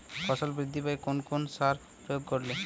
ফসল বৃদ্ধি পায় কোন কোন সার প্রয়োগ করলে?